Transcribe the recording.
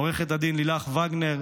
לעו"ד לילך וגנר,